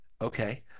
okay